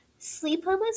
Sleepovers